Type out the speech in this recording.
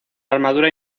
armadura